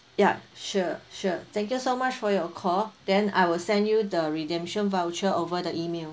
ya sure sure thank you so much for your call then I will send you the redemption voucher over the email